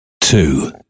Two